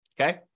okay